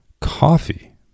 coffee